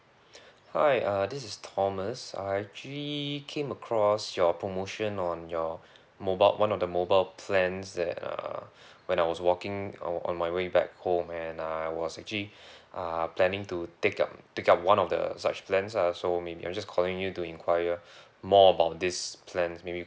hi uh this is thomas I actually came across your promotion on your mobile one of the mobile plans that err when I was walking on on my way back home and I was actually uh planning to take up take up one of the such plans ah so maybe I'm just calling you to enquire more about these plans maybe